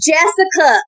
Jessica